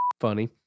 funny